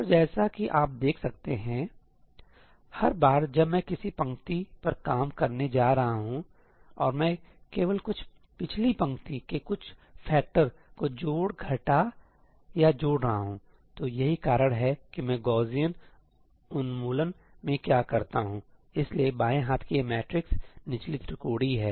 और जैसा कि आप देख सकते हैं सही हर बार जब मैं किसी पंक्ति पर काम करने जा रहा हूं और मैं केवल कुछ पिछली पंक्ति के कुछ फैक्टर को जोड़ घटा या जोड़ रहा हूं तोयही कारण है कि मैं गॉसियन उन्मूलन में क्या करता हूं इसलिए बाएं हाथ की यह मैट्रिक्स निचली त्रिकोणीय है